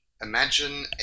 imagine